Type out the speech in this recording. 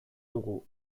dugu